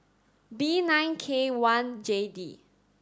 B nine K one J D